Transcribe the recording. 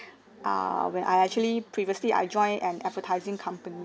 err when I actually previously I joined an advertising company